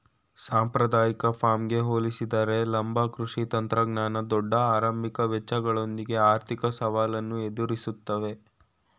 ಸಾಂಪ್ರದಾಯಿಕ ಫಾರ್ಮ್ಗೆ ಹೋಲಿಸಿದರೆ ಲಂಬ ಕೃಷಿ ತಂತ್ರಜ್ಞಾನ ದೊಡ್ಡ ಆರಂಭಿಕ ವೆಚ್ಚಗಳೊಂದಿಗೆ ಆರ್ಥಿಕ ಸವಾಲನ್ನು ಎದುರಿಸ್ತವೆ